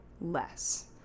less